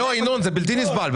זה בלתי-נסבל,